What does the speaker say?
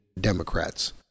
Democrats